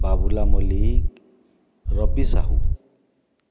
Babula Mallick Rabi Sahu